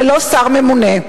ללא שר ממונה.